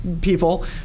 people